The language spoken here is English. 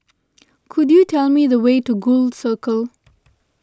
could you tell me the way to Gul Circle